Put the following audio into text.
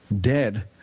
dead